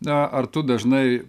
na ar tu dažnai